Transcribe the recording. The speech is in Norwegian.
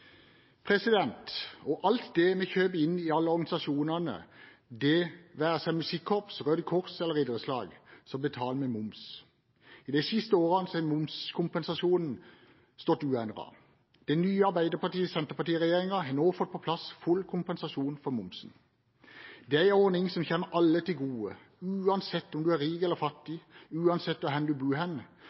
alt det vi kjøper inn til alle organisasjonene, det være seg musikkorps, Røde Kors eller idrettslag, betaler vi moms. De siste årene har momskompensasjonen stått uendret. Den nye Arbeiderparti–Senterparti-regjeringen har nå fått på plass full kompensasjon for momsen. Det er en ordning som kommer alle til gode, uansett om man er rik eller fattig, uansett hvor man bor, og